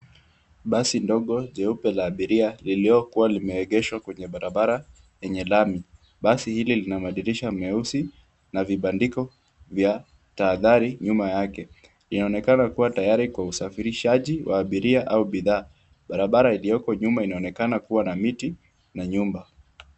Basi ndogo jeupe la abiria liliokuwa limeegeshwa kwenye barabara lenye lami. Basi hili lina madirisha meusi na vibandiko vya tahadhari nyuma yake. Inaonekana kuwa tayari kwa usafirishaji wa abiria au bidhaa. Barabara iliyoko nyuma inaonekana kuwa miti na nyumba.